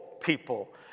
people